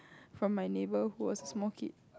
from my neighbor who was a small kid